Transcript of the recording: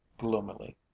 gloomily